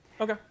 Okay